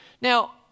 Now